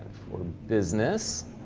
for business